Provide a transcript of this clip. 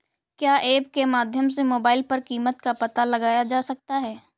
क्या ऐप के माध्यम से मोबाइल पर कीमत का पता लगाया जा सकता है?